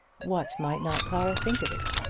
what might not clara think of it!